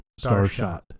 Starshot